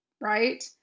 right